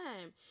time